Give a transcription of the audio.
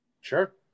Sure